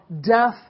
death